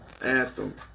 Anthem